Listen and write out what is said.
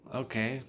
okay